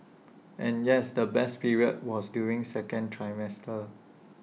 and yes the best period was during second trimester